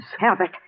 Albert